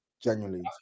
Genuinely